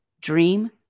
dream